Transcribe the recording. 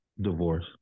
divorce